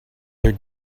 their